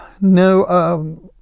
no